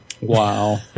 Wow